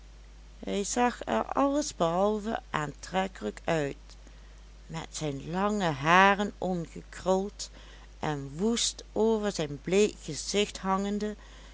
er alles behalve aantrekkelijk uit met zijne lange haren ongekruld en woest over zijn bleek gezicht hangende